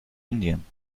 indien